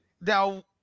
now